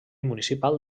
municipal